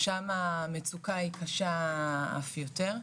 שם המצוקה היא קשה אף יותר,